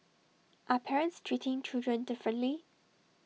are parents treating children differently